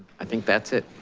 i think that's it.